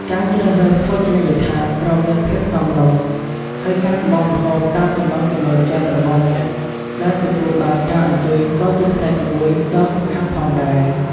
ការជ្រើសរើសភោជនីយដ្ឋានត្រូវមានភាពសមរម្យ ហើយការកម្មងម្ហូបតាមចំណង់ចំណូលចិត្តរបស់អ្នកដែលទទួលបានការអញ្ជើញក៏ជាផ្នែកមួយដ៏សំខាន់ផងដែរ។